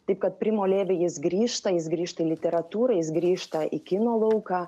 taip kad primo levi jis grįžta jis grįžta į literatūrą jis grįžta į kino lauką